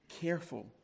careful